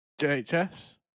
JHS